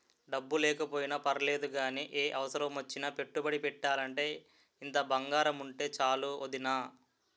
డబ్బు లేకపోయినా పర్లేదు గానీ, ఏ అవసరమొచ్చినా పెట్టుబడి పెట్టాలంటే ఇంత బంగారముంటే చాలు వొదినా